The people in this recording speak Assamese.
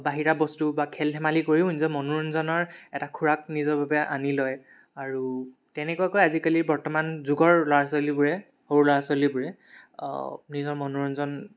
বাহিৰা বস্তু বা খেল ধেমালি কৰিও নিজৰ মনোৰঞ্জনৰ এটা খোৰাক নিজৰ বাবে আনি লয় আৰু তেনেকুৱাকৈ আজিকালি বৰ্তমান যুগৰ ল'ৰা ছোৱালীবোৰে সৰু ল'ৰা ছোৱালীবোৰে নিজৰ মনোৰঞ্জন